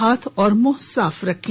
हाथ और मुंह साफ रखें